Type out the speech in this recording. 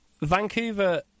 vancouver